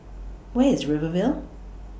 Where IS Rivervale